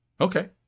Okay